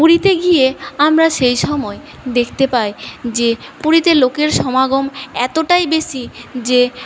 পুরীতে গিয়ে আমরা সেই সময়ে দেখতে পাই যে পুরীতে লোকের সমাগম এতটাই বেশি যে